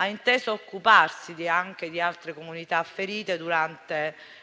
ha inteso occuparsi anche di altre comunità ferite duramente